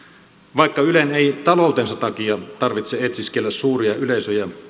vaikka ylen ei taloutensa takia tarvitse etsiskellä suuria yleisöjä